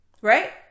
right